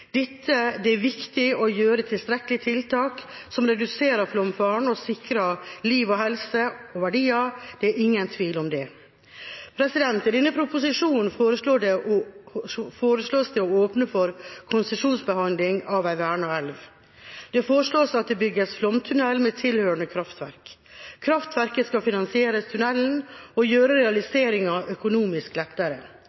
Det er viktig å gjøre tilstrekkelige tiltak som reduserer flomfaren, og sikrer liv og helse og verdier. Det er ingen tvil om det. I denne proposisjonen foreslås det å åpne for konsesjonsbehandling av en vernet elv. Det foreslås at det bygges flomtunnel med tilhørende kraftverk. Kraftverket skal finansiere tunnelen og gjøre